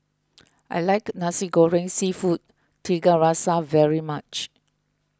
I like Nasi Goreng Seafood Tiga Rasa very much